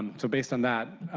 so based on that,